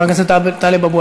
חברת הכנסת עאידה תומא